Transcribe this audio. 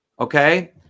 okay